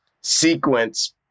sequence